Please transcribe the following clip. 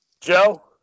Joe